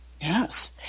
Yes